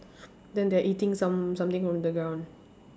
then they are eating some something from the ground